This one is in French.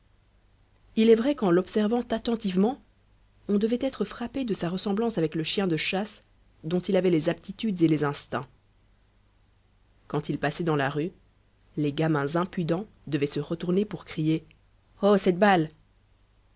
il est vrai qu'en l'observant attentivement on devait être frappé de sa ressemblance avec le chien de chasse dont il avait les aptitudes et les instincts quand il passait dans la rue les gamins impudents devaient se retourner pour crier oh cette balle